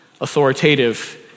authoritative